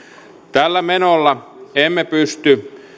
tällä menolla emme pysty